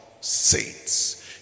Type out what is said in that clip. saints